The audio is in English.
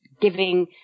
giving